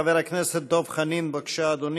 חבר הכנסת דב חנין, בבקשה, אדוני,